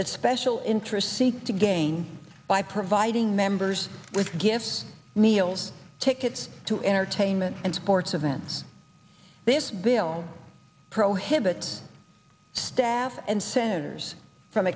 the special interest seeks to gain by providing members with gifts meals tickets to entertainment and sports events this bill prohibits staff and senators from